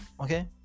okay